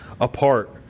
apart